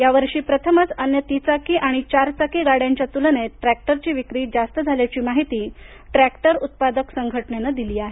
या वर्षी प्रथमच अन्य तिचाकी आणि चारचाकी गाड्यांच्या तुलनेत ट्रॅक्टरची विक्री जास्त झाल्याची माहिती ट्रॅक्टर उत्पादक संघटनेनं दिली आहे